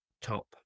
top